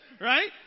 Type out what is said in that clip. Right